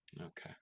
okay